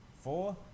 Four